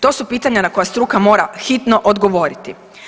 To su pitanja na koja struka mora hitno odgovoriti.